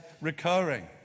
recurring